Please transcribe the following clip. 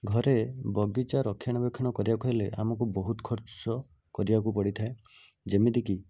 ଘରେ ବଗିଚା ରକ୍ଷଣାବେକ୍ଷଣ କରିବାକୁ ହେଲେ ଆମକୁ ବହୁତ ଖର୍ଚ୍ଚ କରିବାକୁ ପଡ଼ିଥାଏ ଯେମିତିକି